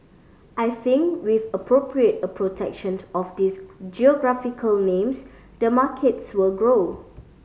I think with appropriate a protection to of these geographical names the markets will grow